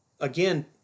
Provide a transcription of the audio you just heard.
again